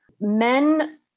Men